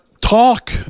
talk